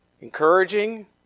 encouraging